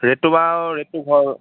ৰে'টটো বাৰু ৰে'টটো হ'ল